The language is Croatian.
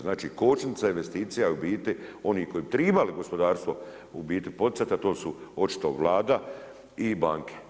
Znači, kočnica investicija je u biti oni koji bi trebali gospodarstvo u biti poticati, a to su očito Vlada i banke.